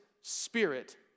Spirit